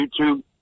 YouTube